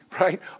right